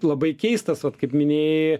labai keistas vat kaip minėjai